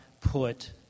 put